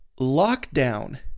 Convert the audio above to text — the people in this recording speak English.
lockdown